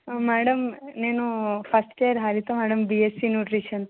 madam నేను first year Haritha madam BSc nutrition